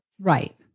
Right